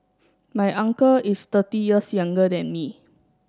my uncle is thirty years younger than me